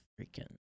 freaking